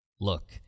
Look